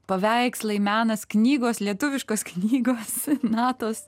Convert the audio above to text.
paveikslai menas knygos lietuviškos knygos natos